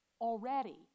Already